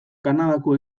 kanadako